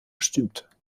bestimmt